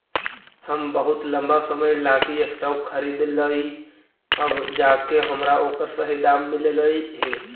हम बहुत लंबा समय लागी स्टॉक खरीदलिअइ अब जाके हमरा ओकर सही दाम मिललई हे